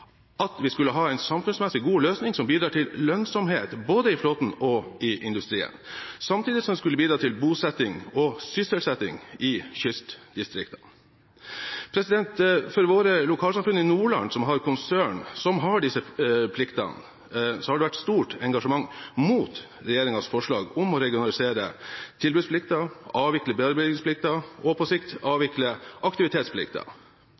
at vi skulle ha en samfunnsmessig god løsning som bidrar til lønnsomhet, både i flåten og i industrien, samtidig som de skulle bidra til bosetting og sysselsetting i kystdistriktene. For våre lokalsamfunn i Nordland som har konsern som har disse pliktene, har det vært stort engasjement mot regjeringens forslag om å regionalisere tilbudsplikten, avvikle bearbeidingsplikten og på sikt